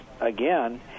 again